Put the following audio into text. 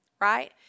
Right